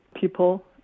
people